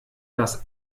das